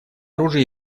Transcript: оружие